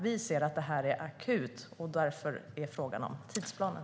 Vi ser att detta är akut, och därför frågar jag om tidsplanen.